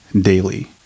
daily